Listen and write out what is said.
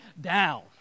down